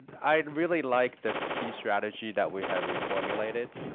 i really like this key strategy that we have reformulated.